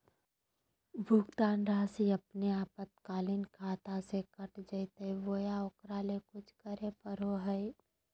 भुक्तान रासि अपने आपातकालीन खाता से कट जैतैय बोया ओकरा ले कुछ करे परो है?